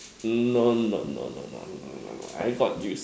no no no no no no no I got used